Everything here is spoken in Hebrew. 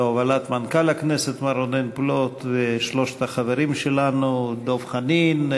בהובלת מנכ"ל הכנסת מר רונן פלוט ושלושת החברים שלנו: דב חנין,